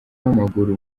w’amaguru